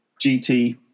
GT